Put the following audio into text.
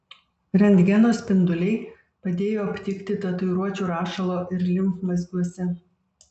rentgeno spinduliai padėjo aptikti tatuiruočių rašalo ir limfmazgiuose